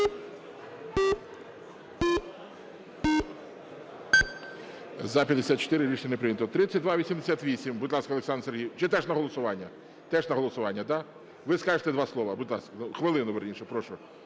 За-54 Рішення не прийнято. 3288. Будь ласка, Олександр Сергійович. Чи теж на голосування? Теж на голосування, да? Ви скажете два слова? Будь ласка. Хвилину, вірніше, прошу.